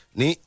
ni